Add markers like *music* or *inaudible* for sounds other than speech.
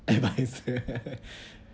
advisor *laughs*